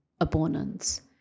opponents